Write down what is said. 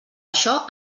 això